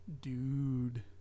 Dude